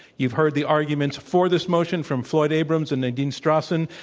you've heard the arguments for this motion from floyd abrams and nadine strossen.